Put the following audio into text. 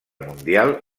mundial